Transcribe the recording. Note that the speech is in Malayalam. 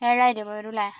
ഏഴായിരം രൂപ വരും അല്ലേ